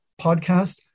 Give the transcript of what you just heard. podcast